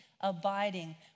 abiding